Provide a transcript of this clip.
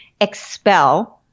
expel